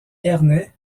ernest